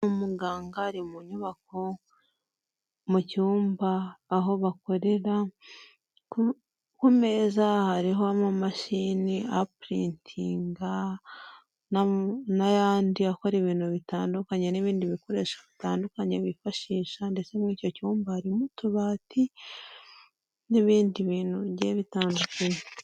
Umuganga ari mu nyubako mu cyumba aho bakorera ku meza hari amamashini apuritinga n'ayandi akora ibintu bitandukanye n'ibindi bikoresho bitandukanye bifashisha ndetse muri icyo cyumba harimo utubati n'ibindi bintu bye bitandukanye.